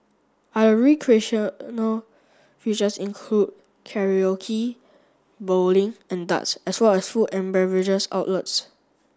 other recreational features include Karaoke bowling and darts as well as food and beverages outlets